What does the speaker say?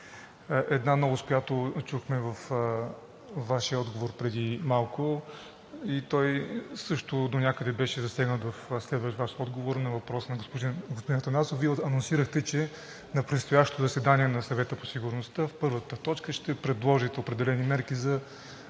една новост, която чухме във Вашия отговор преди малко. Той също донякъде беше засегнат в следващ Ваш отговор – на въпрос на господин Атанасов. Вие анонсирахте, че на предстоящото заседание на Съвета по сигурността в първата точка ще предложите определени мерки за